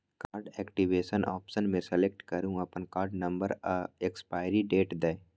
card activation option केँ select करु अपन कार्ड नंबर आ एक्सपाइरी डेट दए